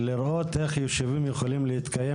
לראות איך יישובים יכולים להתקיים